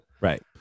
right